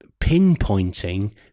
pinpointing